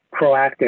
proactive